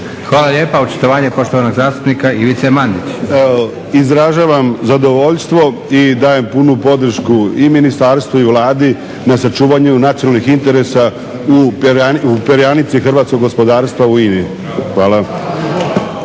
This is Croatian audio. Hvala lijepa. Očitovanje poštovanog zastupnika Ivice Mandić. **Mandić, Ivica (HNS)** Evo, izražavam zadovoljstvo i dajem punu podršku i ministarstvu i Vladi na sačuvanju nacionalnih interesa u perjanici hrvatsko gospodarstva u INA-i. Hvala.